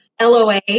LOA